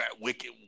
wicked